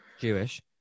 Jewish